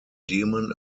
demon